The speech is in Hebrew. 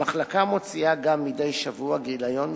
המחלקה גם מוציאה מדי שבוע גיליון משפטי,